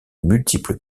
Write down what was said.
multiples